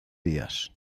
días